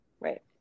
Right